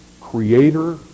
creator